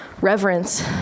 reverence